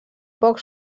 poc